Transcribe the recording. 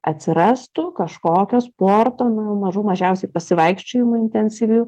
atsirastų kažkokio sporto nu mažų mažiausia pasivaikščiojimų intensyvių